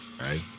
right